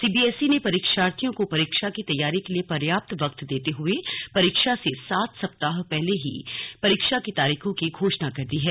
CBSE ने परीक्षार्थियों को परीक्षा की तैयारी के लिए पर्याप्त वक्त देते हुए परीक्षा से सात सप्ताह पहले ही परीक्षा की तारीखों की घोषणा कर दी है